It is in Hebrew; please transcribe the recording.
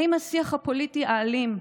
האם השיח הפוליטי האלים,